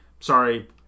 sorry